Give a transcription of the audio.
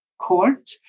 court